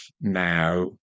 now